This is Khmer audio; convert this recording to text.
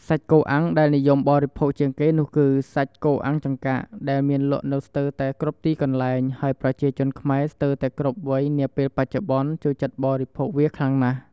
សាច់គោអាំងដែលនិយមបរិភោគជាងគេនោះគឺ សាច់គោអាំងចង្កាក់ ដែលមានលក់នៅស្ទើរតែគ្រប់ទីកន្លែង ហើយប្រជាជនខ្មែរស្ទើរតែគ្រប់វ័យនាពេលបច្ចុប្បន្នចូលចិត្តបរិភោគវាខ្លាំងណាស់។